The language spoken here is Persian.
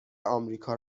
آمریکا